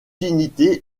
unités